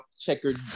checkered